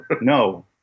No